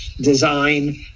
design